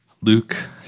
Luke